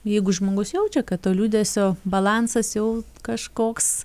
jeigu žmogus jaučia kad to liūdesio balansas jau kažkoks